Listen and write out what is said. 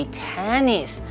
tennis